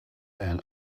and